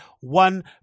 one